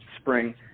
spring